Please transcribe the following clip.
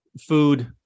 food